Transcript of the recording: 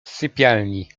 sypialni